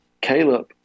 Caleb